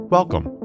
Welcome